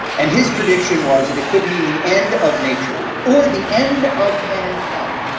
and his prediction was that it could mean the end of nature, or the end of mankind.